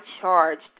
charged